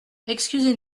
excusez